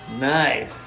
Nice